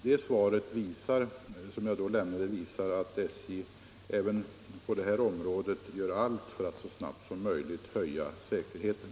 Det svar som jag då lämnade visar att SJ även på det här området gör allt för att så snabbt som möjligt höja säkerheten.